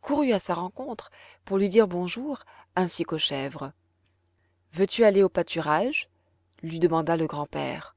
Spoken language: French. courut à sa rencontre pour lui dire bonjour ainsi qu'aux chèvres veux-tu aller au pâturage lui demanda le grand-père